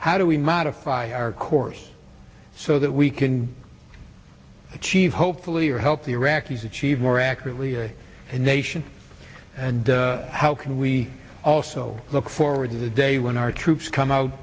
how do we modify our course so that we can achieve hopefully or help the iraqis achieve more accurately a nation and how can we also look forward to the day when our troops come out